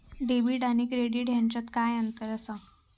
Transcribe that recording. Debit आणि credit ह्याच्यात काय अंतर असा?